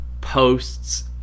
posts